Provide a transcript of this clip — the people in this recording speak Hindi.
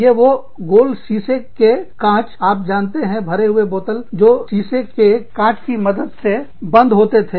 ये जो गोल शीशा के कंचे आप जानते हैं भरे हुए बोतलें जो शीशे के कंचों की मदद से बंद होते थे